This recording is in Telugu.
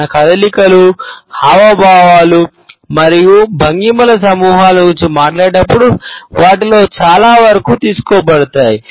మన కదలికలు హావభావాలు మరియు భంగిమల సమూహాల గురించి మాట్లాడేటప్పుడు వాటిలో చాలా వరకు తీసుకోబడతాయి